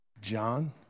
John